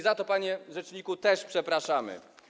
Za to, panie rzeczniku, też przepraszamy.